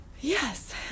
yes